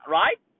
right